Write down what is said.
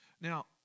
Now